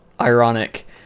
ironic